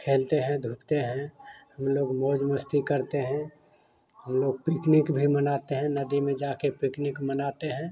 खेलते हैं धूपते हैं हम लोग मौज मस्ती करते हैं हम लोग पिकनिक भी मनाते हैं नदी में जा कर पिकनिक मनाते हैं